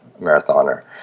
marathoner